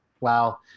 Wow